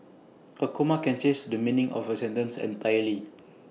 A comma can change the meaning of A sentence entirely